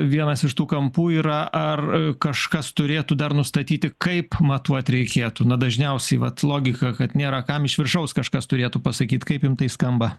vienas iš tų kampų yra ar kažkas turėtų dar nustatyti kaip matuoti reikėtų na dažniausiai vat logika kad nėra kam iš viršaus kažkas turėtų pasakyt kaip tai skamba